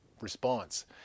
response